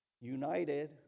united